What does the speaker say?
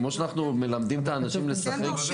כמו שאנחנו מלמדים את האנשים לשחק --- אתם דורשים,